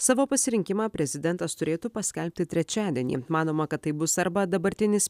savo pasirinkimą prezidentas turėtų paskelbti trečiadienį manoma kad taip bus arba dabartinis